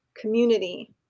community